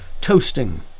toasting